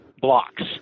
blocks